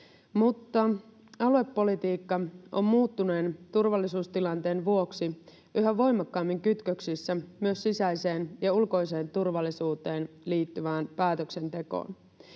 mutta aluepolitiikka on muuttuneen turvallisuustilanteen vuoksi yhä voimakkaammin kytköksissä myös sisäiseen ja ulkoiseen turvallisuuteen liittyvään päätöksentekoon.